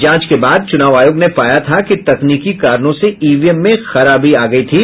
जांच के बाद चुनाव आयोग ने पाया था कि तकनीकी कारणों से ईवीएम में खराबी आ गई थी